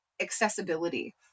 accessibility